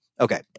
Okay